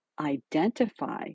identify